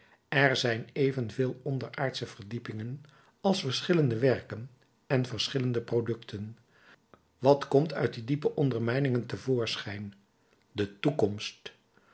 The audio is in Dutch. er zijn evenveel onderaardsche verdiepingen als verschillende werken en verschillende producten wat komt uit die diepe ondermijningen te voorschijn de toekomst